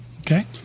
Okay